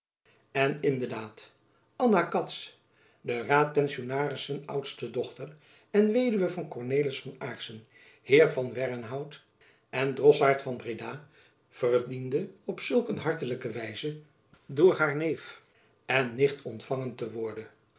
in de daad anna cats des raadpensionarissen oudste dochter en weduwe van cornelis van aarssen heer van wernhout en drossaart van breda verdiende op zulk een hartelijke wijze doof haar neef en jacob van lennep elizabeth musch nicht ontfangen te worden